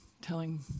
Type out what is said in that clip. telling